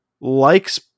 likes